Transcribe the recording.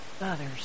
others